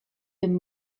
bym